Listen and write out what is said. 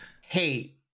hate